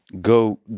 go